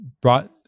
brought